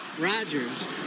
Rogers